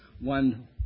one